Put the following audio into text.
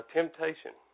temptation